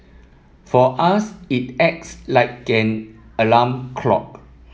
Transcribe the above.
for us it acts like an alarm clock